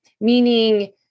Meaning